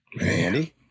Andy